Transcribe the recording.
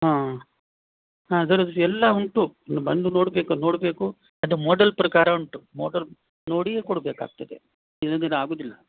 ಹಾಂ ಹಾಂ ಅದರದ್ದು ಸಹ ಎಲ್ಲ ಉಂಟು ನೀವು ಬಂದು ನೋಡಬೇಕು ನೋಡಬೇಕು ಅದು ಮಾಡೆಲ್ ಪ್ರಕಾರ ಉಂಟು ಮಾಡೆಲ್ ನೋಡಿಯೇ ಕೊಡಬೇಕಾಗ್ತದೆ ಇಲ್ಲದಿದ್ರೆ ಆಗೋದಿಲ್ಲ